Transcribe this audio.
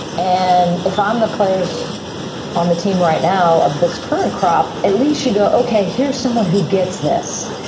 and if i'm the players on the team right now of this current crop, at least you go, ok. here's someone who gets this.